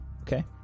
okay